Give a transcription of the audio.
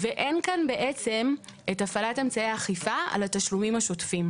אין כאן בעצם את הפעלת אמצעי האכיפה על התשלומים השוטפים,